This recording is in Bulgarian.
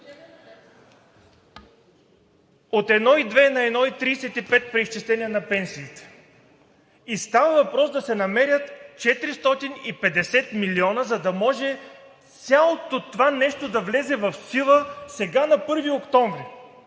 пенсионери, от 1,2 на 1,35 преизчисление на пенсиите. И става въпрос да се намерят 450 милиона, за да може цялото това нещо да влезе в сила сега на 1 октомври